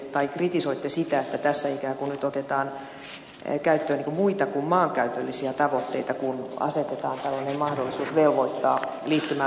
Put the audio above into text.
laxell kritisoitte sitä että tässä ikään kuin nyt otetaan käyttöön muita kuin maankäytöllisiä tavoitteita kun asetetaan tällainen mahdollisuus velvoittaa liittymään kaukolämmitykseen